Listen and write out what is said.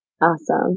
Awesome